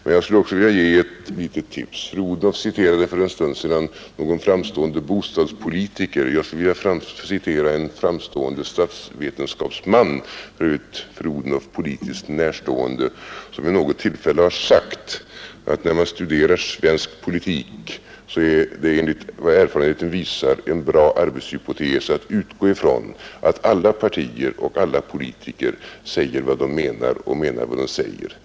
Men jag skulle också vilja ge ett litet tips. Fru Odhnoff citerade för en stund sedan någon framstående bostadspolitiker. Jag skulle vilja citera en framstående statsvetenskapsman — för övrigt fru Odhnoff politiskt närstående — som vid något tillfälle har sagt, att när man studerar svensk politik är det enligt vad erfarenheten visar en bra arbetshypotes att utgå från att alla partier och alla politiker säger vad de menar och menar vad de säger.